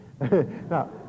Now